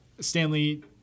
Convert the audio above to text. Stanley